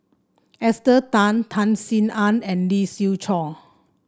Esther Tan Tan Sin Aun and Lee Siew Choh